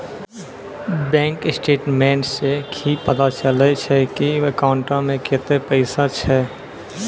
bank statements सं ही पता चलै छै की अकाउंटो मे कतै पैसा छै